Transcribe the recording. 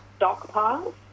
stockpiles